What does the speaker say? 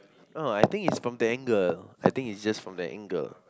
oh I think it's from the angle I think it's just from the angle